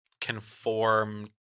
conform